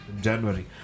january